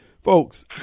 Folks